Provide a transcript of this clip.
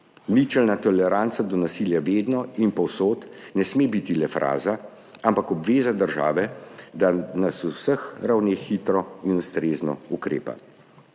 Ničelna toleranca do nasilja vedno in povsod ne sme biti le fraza, ampak obveza države, da na vseh ravneh hitro in ustrezno ukrepa.